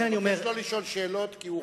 אבקש שלא לשאול שאלות, כי הוא רוצה לנאום.